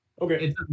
Okay